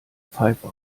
pfeife